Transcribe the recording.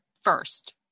first